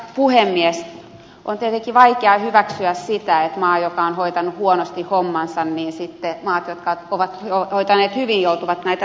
on tietenkin vaikeaa hyväksyä sitä että kun maa on hoitanut huonosti hommansa niin sitten maat jotka ovat hoitaneet hyvin joutuvat näitä rahoittamaan